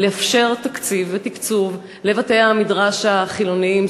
לאפשר תקציב ותקצוב לבתי-המדרש החילוניים.